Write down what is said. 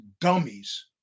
dummies